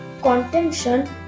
contention